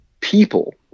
people